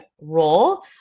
role